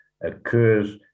occurs